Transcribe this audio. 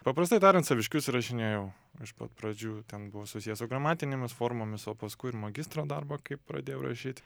paprastai tariant saviškius įrašinėjau iš pat pradžių ten buvo susiję su gramatinėmis formomis o paskui ir magistro darbą kai pradėjau rašyt